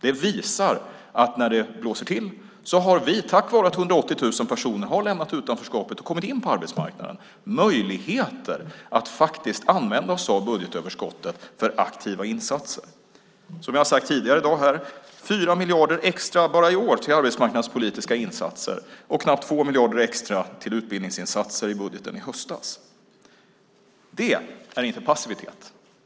Det visar att när det blåser till har vi, tack vare att 180 000 personer har lämnat utanförskapet och kommit in på arbetsmarknaden, möjligheter att använda oss av budgetöverskottet för aktiva insatser. Som jag har sagt tidigare i dag här handlar det om 4 miljarder extra bara i år till arbetsmarknadspolitiska insatser och knappt 2 miljarder extra till utbildningsinsatser i budgeten i höstas. Det är inte passivitet.